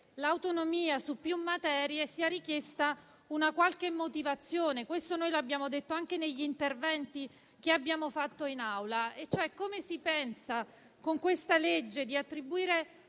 l'autonomia su più materie sia richiesta una qualche motivazione. Questo noi l'abbiamo detto anche negli interventi che abbiamo fatto in Aula. Chiediamo come si pensi con questo provvedimento di attribuire